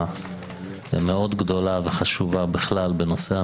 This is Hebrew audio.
מאוד גדולה וחשובה בכלל בנושא המכרזים,